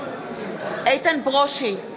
איתן ברושי,